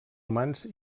humans